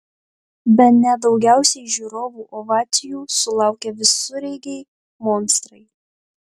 bene daugiausiai žiūrovų ovacijų sulaukė visureigiai monstrai